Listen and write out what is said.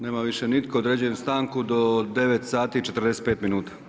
Nema više nitko, određujem stanku do 9 sati i 45 minuta.